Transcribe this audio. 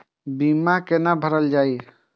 Bill कैना भरल जाय?